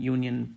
Union